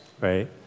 right